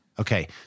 Okay